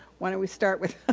why don't we start with ah